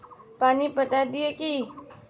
पानी पटाय दिये की?